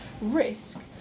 risk